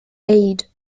aid